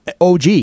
OG